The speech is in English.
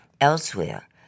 Elsewhere